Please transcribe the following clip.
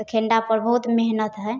तऽ खेण्डापर बहुत मेहनति हइ